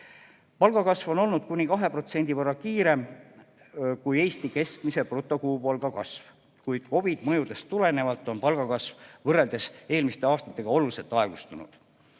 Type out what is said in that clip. Palgakasv on olnud kuni 2% võrra kiirem kui Eesti keskmise brutokuupalga kasv, kuid COVID-i mõjudest tulenevalt on palgakasv võrreldes eelmiste aastatega oluliselt aeglustunud.